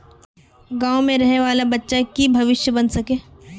गाँव में रहे वाले बच्चा की भविष्य बन सके?